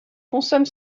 consomme